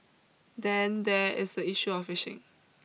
then there is the issue of fishing